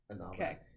Okay